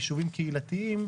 מיישובים קהילתיים,